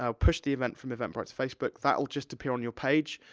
um push the event from eventbrite to facebook, that will just appear on your page.